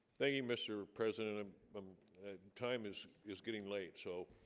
thank you mr. president ah um time is is getting late, so